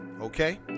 Okay